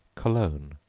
cologne.